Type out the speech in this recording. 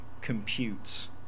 computes